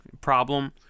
problem